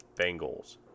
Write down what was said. Bengals